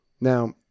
Now